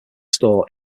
store